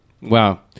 wow